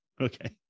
okay